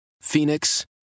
Phoenix